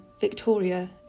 Victoria